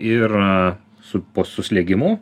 ir su po suslėgimu